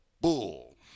bull